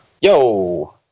yo